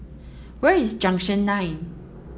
where is Junction nine